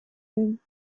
him